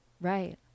Right